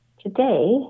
today